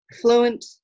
fluent